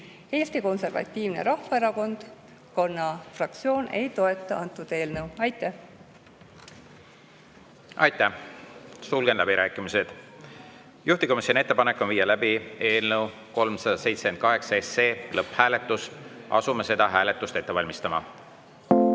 Eesti Konservatiivse Rahvaerakonna fraktsioon ei toeta seda eelnõu. Aitäh! Aitäh! Sulgen läbirääkimised. Juhtivkomisjoni ettepanek on viia läbi eelnõu 378 lõpphääletus. Asume seda hääletust ette valmistama. Panen